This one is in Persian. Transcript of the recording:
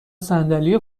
صندلی